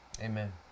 Amen